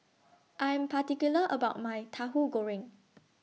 I Am particular about My Tahu Goreng